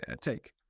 take